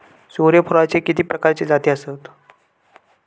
सूर्यफूलाचे किती प्रकारचे जाती आसत?